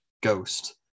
ghost